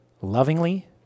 lovingly